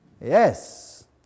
yes